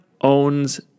owns